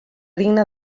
digne